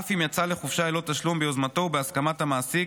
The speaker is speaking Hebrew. אף אם יצא לחופשה ללא תשלום ביוזמתו ובהסכמת המעסיק,